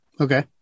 Okay